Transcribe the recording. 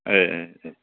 ꯑꯦ ꯑꯦ ꯑꯦ